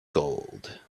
gold